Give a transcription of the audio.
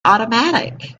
automatic